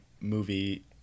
movie